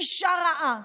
"אישה רעה".